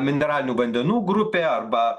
mineralinių vandenų grupė arba